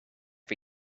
for